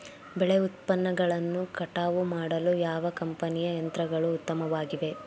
ಬೆಳೆ ಉತ್ಪನ್ನಗಳನ್ನು ಕಟಾವು ಮಾಡಲು ಯಾವ ಕಂಪನಿಯ ಯಂತ್ರಗಳು ಉತ್ತಮವಾಗಿವೆ?